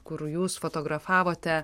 kur jūs fotografavote